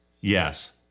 Yes